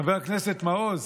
חבר הכנסת מעוז,